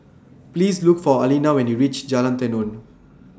Please Look For Aleena when YOU REACH Jalan Tenon